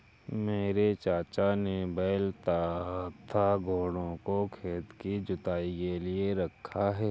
मेरे चाचा ने बैल तथा घोड़ों को खेत की जुताई के लिए रखा है